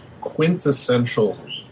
quintessential